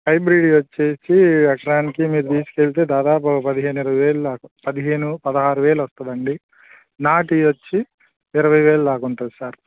హైబ్రిడ్వి వచ్చేసి ఎకరానికి మీరు తీసుకు వెళ్లితే దాదాపు ఒక పదిహేను ఇరవై వేలు దాకా పదిహేను పదహారు వేలు వస్తుందండి నాటువి వచ్చి ఇరవై వేలు దాకా ఉంటుంది సార్